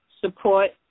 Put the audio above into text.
support